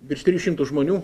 virš trijų šimtų žmonių